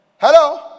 Hello